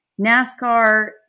NASCAR